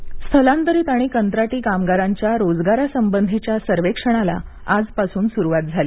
कामगार सर्वेक्षण स्थलांतरीत आणि कंत्राटी कामगारांच्या रोजगारा संबंधीच्या सर्वेक्षणाला आजपासून सुरुवात झाली